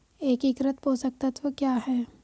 एकीकृत पोषक तत्व क्या है?